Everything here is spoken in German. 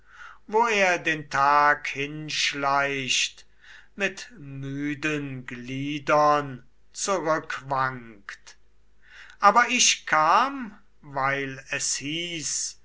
wo er den tag hinschleicht mit müden gliedern zurückwankt aber ich kam weil es hieß